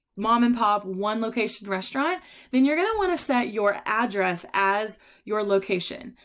mom and pop, one location restaurants then. you're going to want to set your address as your location.